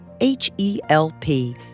H-E-L-P